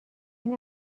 این